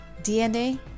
DNA